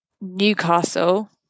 newcastle